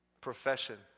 profession